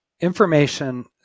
information